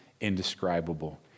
indescribable